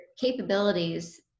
capabilities